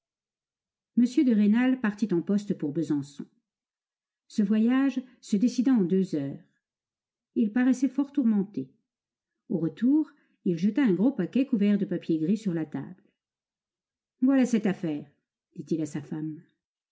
m de rênal partit en poste pour besançon ce voyage se décida en deux heures il paraissait fort tourmenté au retour il jeta un gros paquet couvert de papier gris sur la table voilà cette affaire dit-il à sa femme